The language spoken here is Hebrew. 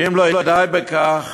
ואם לא די בכך,